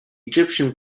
egyptian